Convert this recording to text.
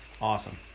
Awesome